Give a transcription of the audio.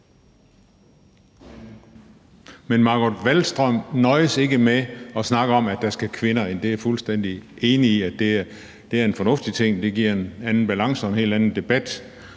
Men Margot Wallström nøjes ikke med at snakke om, at der skal kvinder ind. Jeg er fuldstændig enig i, at det er en fornuftig ting, for det giver en anden balance og en helt anden debat,